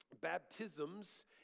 baptisms